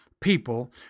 people